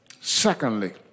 Secondly